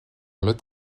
lot